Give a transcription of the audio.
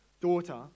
daughter